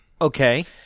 Okay